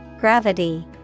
Gravity